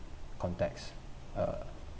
context uh